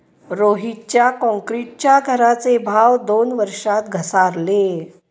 रोहितच्या क्रॉन्क्रीटच्या घराचे भाव दोन वर्षात घसारले